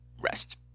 rest